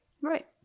Right